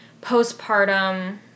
postpartum